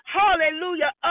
hallelujah